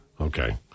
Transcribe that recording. okay